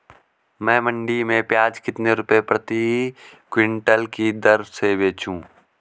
मैं मंडी में प्याज कितने रुपये प्रति क्विंटल की दर से बेचूं?